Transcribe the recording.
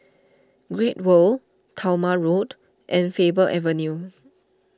Great World Talma Road and Faber Avenue